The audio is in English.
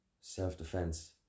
self-defense